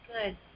good